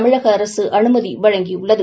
தமிழக அரசு அனுமதி வழங்கியுள்ளது